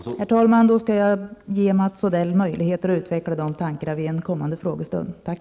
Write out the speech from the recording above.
Herr talman! Då skall jag ge Mats Odell möjligheter att utveckla de tankarna vid en kommande frågestund. Tack!